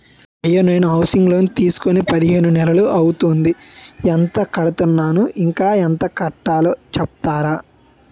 అయ్యా నేను housing loan తీసుకొని పదిహేను నెలలు అవుతోందిఎంత కడుతున్నాను, ఇంకా ఎంత డబ్బు కట్టలో చెప్తారా?